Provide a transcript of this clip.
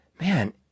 man